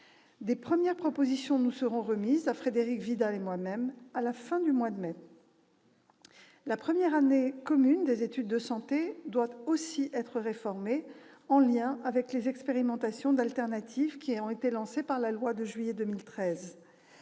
De premières propositions nous seront remises, à Frédérique Vidal et à moi-même, à la fin du mois de mai prochain. La première année commune des études de santé doit aussi être réformée, en lien avec les expérimentations d'alternatives lancées par la loi de juillet 2013.